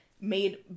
made